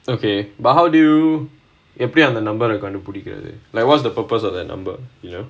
okay but how do you எப்படி அந்த:appadi antha number eh கண்டு புடிக்கிறது:kandu pudikkirathu like what's the purpose of that number